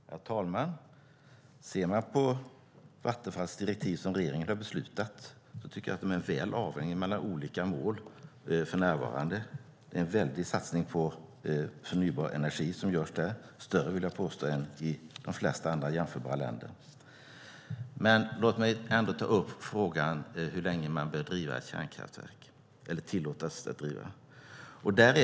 Herr talman! Jag tycker att Vattenfalls direktiv, som regeringen beslutat om, för närvarande har en god avvägning mellan olika mål. Där görs en väldig satsning på förnybar energi, större vill jag påstå en i de flesta jämförbara länder. Låt mig ta upp frågan hur länge man bör driva ett kärnkraftverk, eller tillåtas driva det.